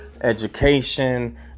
education